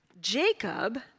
Jacob